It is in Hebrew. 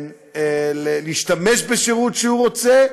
להשתמש בשירות שהוא רוצה,